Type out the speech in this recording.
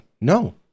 no